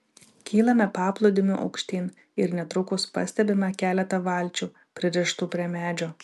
kylame paplūdimiu aukštyn ir netrukus pastebime keletą valčių pririštų prie medžio